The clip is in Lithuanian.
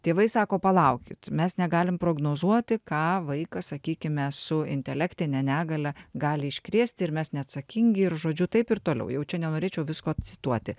tėvai sako palaukit mes negalim prognozuoti ką vaikas sakykime su intelektine negalia gali iškrėsti ir mes neatsakingi ir žodžiu taip ir toliau jau čia nenorėčiau visko cituoti